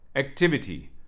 Activity